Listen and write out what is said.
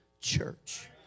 church